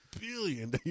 billion